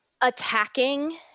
attacking